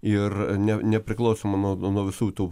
ir ne nepriklausoma nuo nuo visų tų